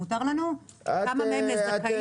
מותר לנו כמה מהם זכאים וכמה לא זכאים?